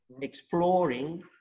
exploring